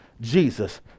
Jesus